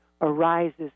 arises